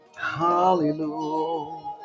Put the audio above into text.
Hallelujah